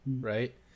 right